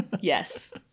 Yes